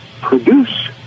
produce